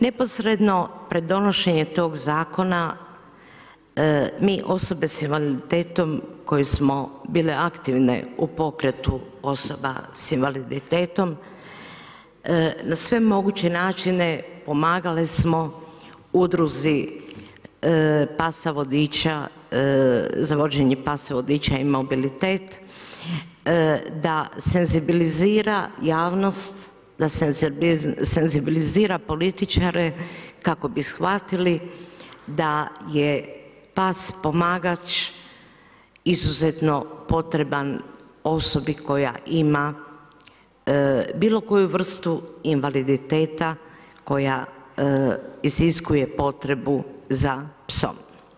Neposredno pred donošenje tog zakona, mi osobe sa invaliditetom koje smo bile aktivne u pokretu osoba sa invaliditetom, na sve moguće načine pomagale smo Udruzi pasa vodiča, za vođenje pasa vodiča i mobilitet, da senzibilizira javnost, da senzibilizira političare kako bi shvatili da je pas pomagač izuzetno potreban osobi koja ima bilo koju vrstu invaliditeta, koja iziskuje potrebu za psom.